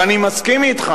ואני מסכים אתך,